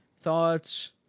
thoughts